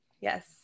Yes